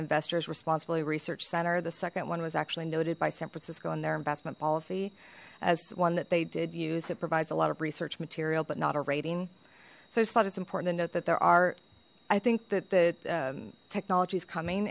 investors responsibility research center the second one was actually noted by san francisco and their investment policy as one that they did use it provides a lot of research material but not a rating so it's thought it's important to note that there are i think that the technology is coming